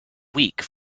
weak